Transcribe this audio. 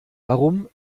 warum